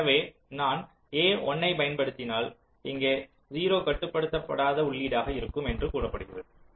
எனவே நான் a 1 ஐப் பயன்படுத்தினால் இங்கே 0 கட்டுப்படுத்தா உள்ளீடாக இருக்கும் என்று கூறப்படுகிறது